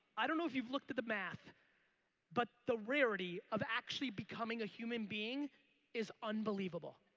i don't know if you've looked to the math but the rarity of actually becoming a human being is unbelievable.